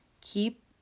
Keep